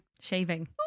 Shaving